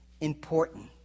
important